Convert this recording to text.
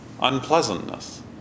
Unpleasantness